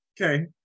Okay